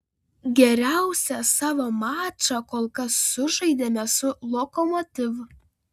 geriausią savo mačą kol kas sužaidėme su lokomotiv